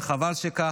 וחבל שכך.